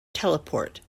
teleport